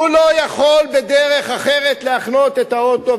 הוא לא יכול בדרך אחרת להחנות את האוטו,